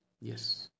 Yes